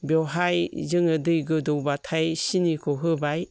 बेवहाय जोङो दै गोदौबाथाय सिनिखौ होबाय